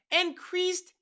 increased